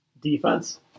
Defense